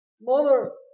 Mother